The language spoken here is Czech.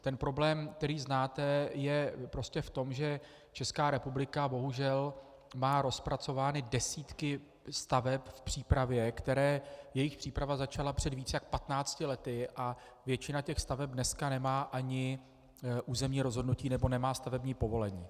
Ten problém, který znáte, je prostě v tom, že Česká republika bohužel má rozpracovány desítky staveb v přípravě, jejichž příprava začala před víc jak 15 lety, a většina těch staveb dneska nemá ani územní rozhodnutí nebo nemá stavební povolení.